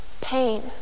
pain